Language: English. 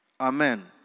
Amen